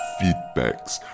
feedbacks